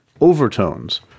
overtones